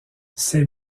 ses